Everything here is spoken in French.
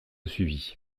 suivi